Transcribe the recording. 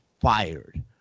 fired